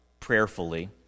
prayerfully